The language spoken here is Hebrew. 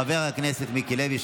חבר הכנסת מיקי לוי.